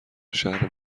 شهر